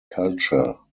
culture